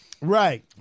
right